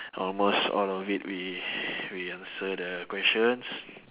almost all of it we we answer the questions